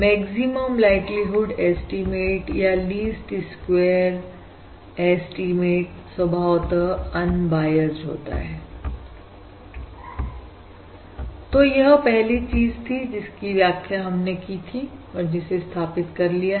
maximum likelihood estimate या least square estimate स्वभावतः unbiased होता है तो यह पहली चीज थी जिसकी व्याख्या हमने की थी और जिसे स्थापित कर लिया है